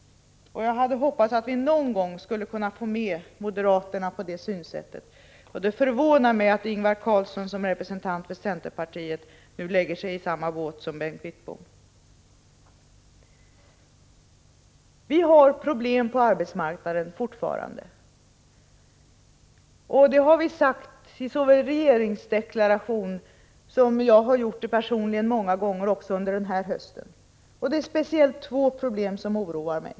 Jag hade hoppats att vi någon gång skulle kunna få moderaterna att acceptera det synsättet. Det förvånar mig att Ingvar Karlsson som representant för centerpartiet nu sätter sig i samma båt som Bengt Wittbom. Vi har fortfarande problem på arbetsmarknaden. Det har vi sagt i regeringsdeklarationen, och jag har personligen sagt det många gånger under den här hösten. Det är speciellt två problem som oroar mig.